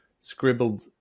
scribbled